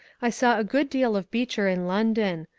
i saw a good deal of beecher in london,